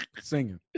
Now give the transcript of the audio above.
Singing